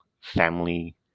family